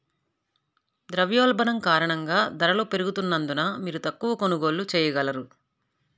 ద్రవ్యోల్బణం కారణంగా ధరలు పెరుగుతున్నందున, మీరు తక్కువ కొనుగోళ్ళు చేయగలరు